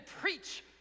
preach